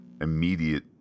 immediate